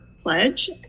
pledge